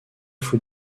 fou